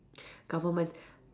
government